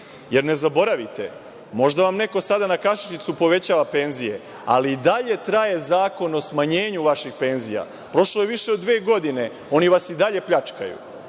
jer ne zaboravite, možda vam neko sada na kašičicu povećava penzije, ali i dalje traje Zakon o smanjenju vaši penzija. Prošlo je više od dve godine, oni vas i dalje pljačkaju.